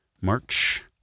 March